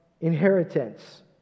inheritance